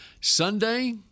Sunday